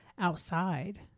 Outside